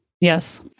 Yes